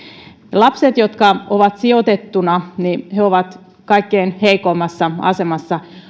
lapset jotka ovat sijoitettuina ovat kaikkein heikoimmassa asemassa